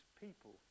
people